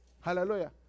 Hallelujah